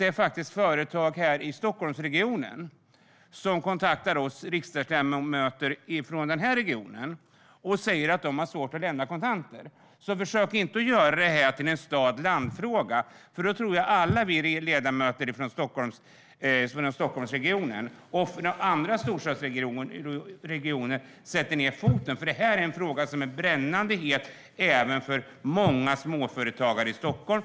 Det är faktiskt företag här i Stockholmsregionen som kontaktar oss riksdagsledamöter från regionen och säger att de har svårt att lämna in kontanter. Försök alltså inte göra detta till en stad-land-fråga, för då tror jag att alla vi ledamöter från Stockholmsregionen och andra storstadsregioner sätter ned foten. Det är nämligen en fråga som är brännande het även för många småföretagare i Stockholm.